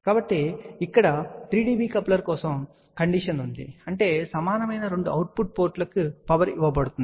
కాబట్టి ఇక్కడ 3 dB coupler కోసం కండిషన్ ఉంది అంటే సమానమైన రెండు అవుట్పుట్ పోర్టులకు పవర్ఇవ్వబడుతుంది